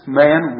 man